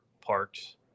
parks